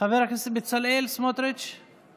חבר הכנסת בצלאל סמוטריץ';